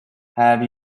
have